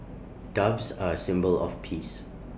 doves are A symbol of peace